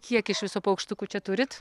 kiek iš viso paukštukų čia turit